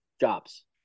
jobs